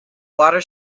water